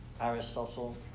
Aristotle